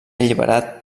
alliberat